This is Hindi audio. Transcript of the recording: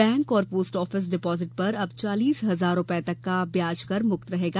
बैंक और पोस्ट आफिस डिपाजिट पर अब चालीस हजार रूपये तक का ब्याज कर मुक्त रहेगा